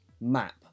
map